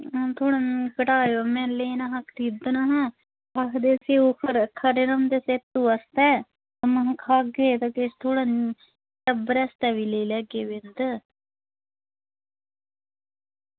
एह् थोह्ड़ा घटाओ में लैना हा खरीदना हा ते एह् खरे रौहंदे सेह्तू आस्तै कन्नै किश खाह्गै ते किश थोह्ड़ा टब्बरै आस्तै बी लेई लैगे किश